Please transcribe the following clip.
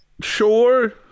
sure